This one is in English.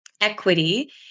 equity